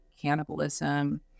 cannibalism